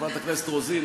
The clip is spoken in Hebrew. חברת הכנסת רוזין,